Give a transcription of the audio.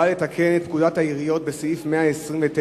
והיא באה לתקן את פקודת העיריות, בסעיף 129,